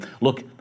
look